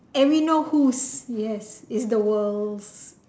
whose yes is the world's